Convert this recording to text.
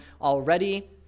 already